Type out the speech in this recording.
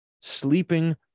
sleeping